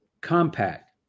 compact